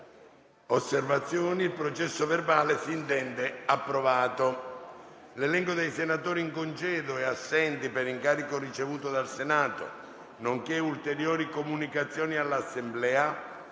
apre una nuova finestra"). L'elenco dei senatori in congedo e assenti per incarico ricevuto dal Senato, nonché ulteriori comunicazioni all'Assemblea